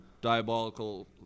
diabolical